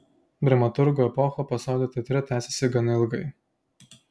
dramaturgo epocha pasaulio teatre tęsėsi gana ilgai